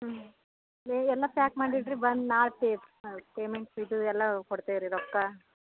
ಹ್ಞೂ ಲೇ ಎಲ್ಲ ಪ್ಯಾಕ್ ಮಾಡಿ ಇಡಿರಿ ಬಂದು ನಾಳೆ ಪೇ ಪೇಮೆಂಟ್ ಇದು ಎಲ್ಲ ಕೊಡ್ತೇವೆ ರೀ ರೊಕ್ಕ